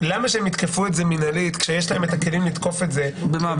למה שהם יתקפו את זה מנהלית כשיש להם את הכלים לתקוף את זה --- במה,